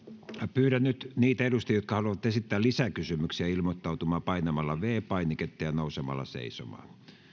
pyydän nyt niitä edustajia jotka haluavat esittää lisäkysymyksiä ilmoittautumaan painamalla viides painiketta ja nousemalla seisomaan